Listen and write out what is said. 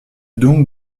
donc